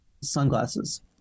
Sunglasses